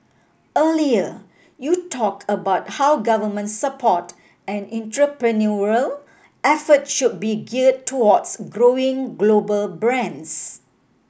earlier you talked about how government support and entrepreneurial effort should be geared towards growing global brands